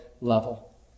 level